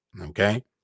okay